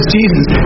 Jesus